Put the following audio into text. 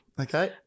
Okay